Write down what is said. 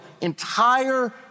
entire